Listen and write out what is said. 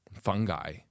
fungi